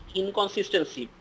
inconsistency